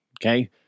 Okay